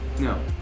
No